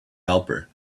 helper